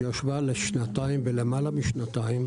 שישבה במשך למעלה משנתיים,